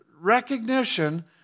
recognition